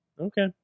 Okay